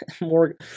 more